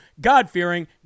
God-fearing